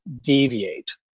deviate